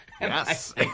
Yes